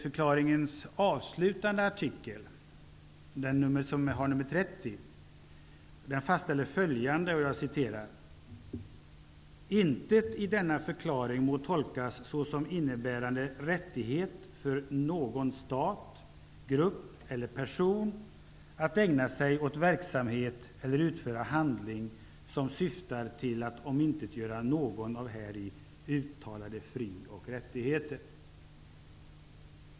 Förklaringens avslutande artikel, som har nr 30, fastställer följande: ''Intet i denna förklaring må tolkas såsom innebärande rättighet för någon stat, grupp eller person att ägna sig åt verksamhet eller utföra handling, som syftar till att omintetgöra någon av häri uttalde fri och rättigheter.''